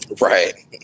Right